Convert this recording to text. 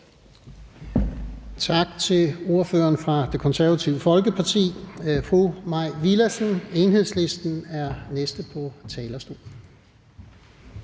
Tak til ordføreren fra Det Konservative Folkeparti. Fru Mai Villadsen, Enhedslisten, er den næste på talerstolen.